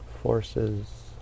Forces